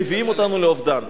מביאים אותנו לאובדן.